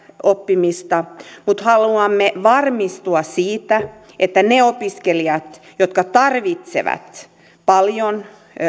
oppimista mutta haluamme varmistua siitä että ne opiskelijat jotka tarvitsevat paljon